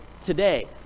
today